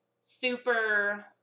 super